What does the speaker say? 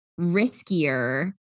riskier